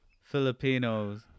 Filipinos